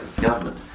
government